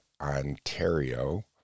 Ontario